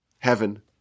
heaven